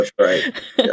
right